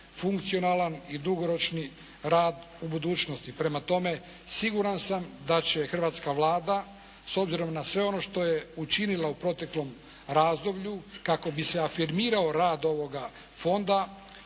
funkcionalan i dugoročni rad u budućnosti. Prema tome, siguran sam da će hrvatska Vlada s obzirom na sve ono što je učinila u proteklom razdoblju kako bi se afirmirao rad ovoga fonda